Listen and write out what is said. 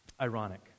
ironic